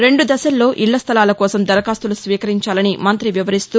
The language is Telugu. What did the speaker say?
రెందు దశల్లో ఇళ్ల స్దలాల కోసం దరఖాస్తులు స్వీకరించాలని మంత్రి వివరిస్తూ